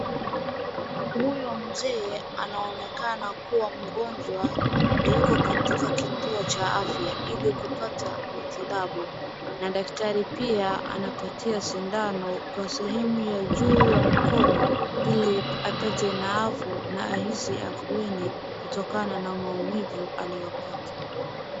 Huyo mzee anaonekana kuwa mgonjwa na yuko katika kituo cha afya ili kupata matibabu na daktari pia anapatia sindano kwa sehemu ya juu ya mkono ili apate naafu na ahisi afueni kutokana na maumivu aliopata.